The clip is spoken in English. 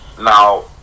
now